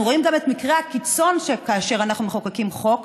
רואים גם את מקרי הקיצון כאשר אנחנו מחוקקים חוק,